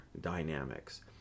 dynamics